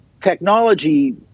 technology